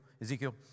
Ezekiel